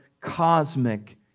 cosmic